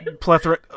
Plethora